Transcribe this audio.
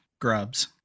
grubs